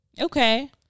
Okay